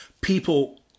people